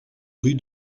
rue